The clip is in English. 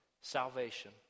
salvation